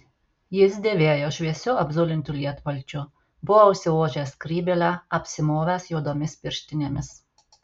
jis dėvėjo šviesiu apzulintu lietpalčiu buvo užsivožęs skrybėlę apsimovęs juodomis pirštinėmis